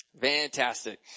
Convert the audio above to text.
fantastic